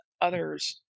others